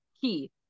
key